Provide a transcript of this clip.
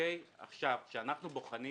כשאנחנו בוחנים